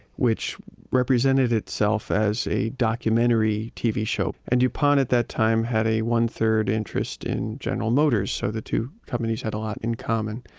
which represented itself as a documentary tv show. and dupont at that time had a one-third interest in general motors, so the two companies had a lot in common.